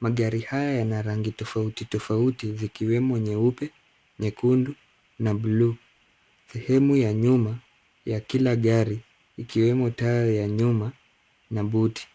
magari haya yana rangi tofauti tofauti zikiwemo nyeupe ,nyekundu na bluu ,sehemu ya nyuma ya kila gari ikiwemo taa ya nyuma na buti .